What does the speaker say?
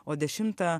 o dešimtą